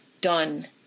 done